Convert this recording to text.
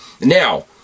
Now